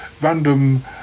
random